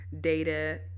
data